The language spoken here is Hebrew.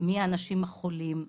מי האנשים החולים,